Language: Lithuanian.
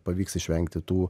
pavyks išvengti tų